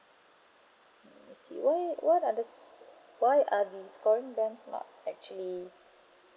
mm I see why why are the s~ why are these scoring bands not actually